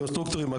קונסטרוקטורים,